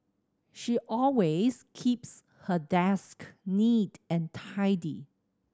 she always keeps her desk neat and tidy